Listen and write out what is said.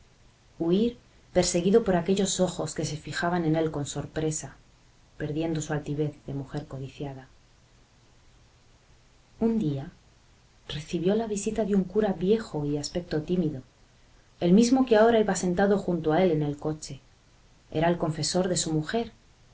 huir perseguido por aquellos ojos que se fijaban en él con sorpresa perdiendo su altivez de mujer codiciada un día recibió la visita de un cura viejo y de aspecto tímido el mismo que ahora iba sentado junto a él en el coche era el confesor de su mujer